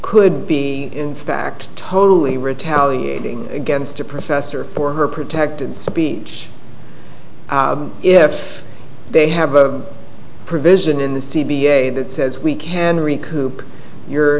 could be in fact totally retaliating against a professor for her protected speech if they have a provision in the c b a that says we can recoup you